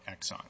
Exxon